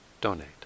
donate